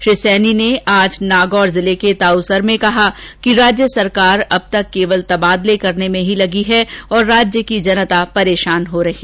श्री सैनी ने आज नागौर के ताउसर में कहा कि राज्य सरकार अब तक केवल तबादले करने में ही लगी है और राज्य की जनता परेशान हो रही है